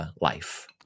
life